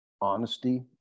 honesty